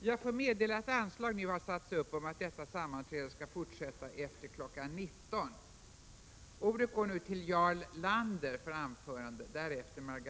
Jag får meddela att anslag nu har satts upp om att detta sammanträde skall fortsätta efter kl. 19.00.